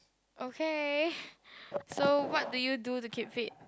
okay so what do you do to keep fit